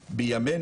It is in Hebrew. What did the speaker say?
משפחות חד-מיניים,